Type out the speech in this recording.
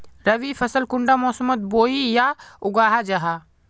रवि फसल कुंडा मोसमोत बोई या उगाहा जाहा?